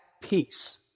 peace